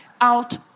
out